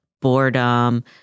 boredom